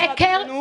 שקר,